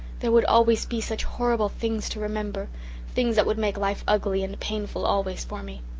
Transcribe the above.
there would always be such horrible things to remember things that would make life ugly and painful always for me.